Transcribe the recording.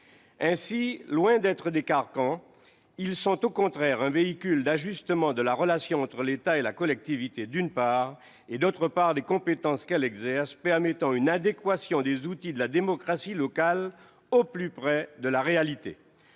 Ainsi, loin d'être des carcans, elles sont au contraire un véhicule d'ajustement, d'une part, de la relation entre l'État et la collectivité et, d'autre part, des compétences que celle-ci exerce, permettant une adéquation des outils de la démocratie locale au plus près de la réalité.